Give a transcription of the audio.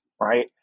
right